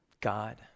God